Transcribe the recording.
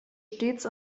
stets